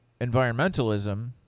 environmentalism